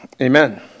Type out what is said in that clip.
Amen